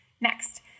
Next